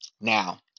Now